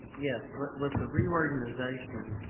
yes. but with the reorganization,